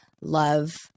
love